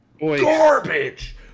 Garbage